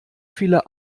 viele